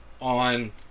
on